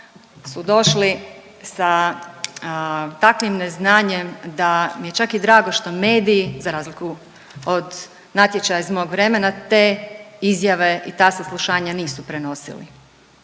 su došli sa takvim neznanjem da mi je čak i drago što mediji za razliku od natječaja iz mog vremena te izjave i ta saslušanja nisu prenosili.